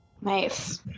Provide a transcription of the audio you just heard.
Nice